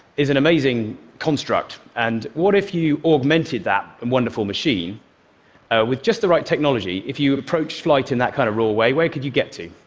is an amazing construct. and what if you augmented that um wonderful machine with just the right technology? if you approach flight in that kind of real way, where could you get to?